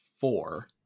four